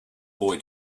boy